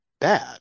bad